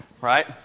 Right